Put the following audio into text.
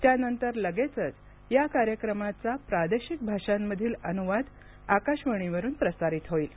त्यानंतर लगेचच या कार्यक्रमाचा प्रादेशिक भाषांमधील अनुवाद आकाशवाणीवरुन प्रसारित होईल